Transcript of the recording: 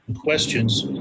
questions